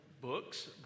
books